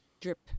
Drip